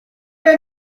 der